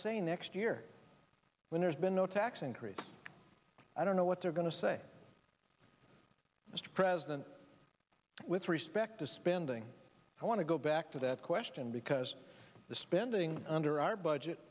next year when there's been no tax increase i don't know what they're going to say mr president with respect to spending i want to go back to that question because the spending under our budget